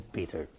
Peter